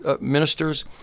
ministers